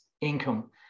income